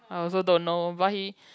I also don't know but he